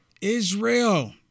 Israel